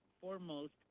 foremost